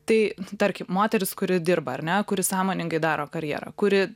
tai tarkim moteris kuri dirba ar ne kuri sąmoningai daro karjerą kuri